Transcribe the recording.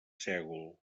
sègol